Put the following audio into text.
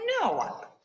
No